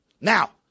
Now